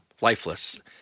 lifeless